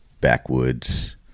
backwoods